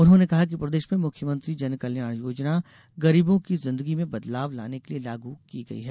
उन्होंने कहा कि प्रदेश में मुख्यमंत्री जनकल्याण योजना गरीबों की जिंदगी में बदलाव लाने के लिए लागू की गई है